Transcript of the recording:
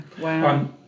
wow